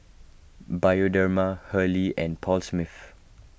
Bioderma Hurley and Paul Smith